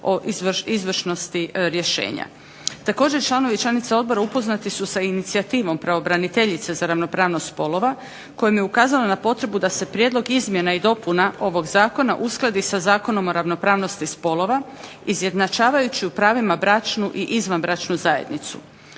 o izvršnosti rješenja. Također, članovi i članice odbora upoznati su sa inicijativom pravobraniteljice za ravnopravnost spolova koja im je ukazala na potrebu da se prijedlog izmjena i dopuna ovog Zakona uskladi sa Zakonom o ravnopravnosti spolova izjednačavajući u pravima bračnu i izvanbračnu zajednicu.